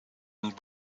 and